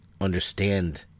understand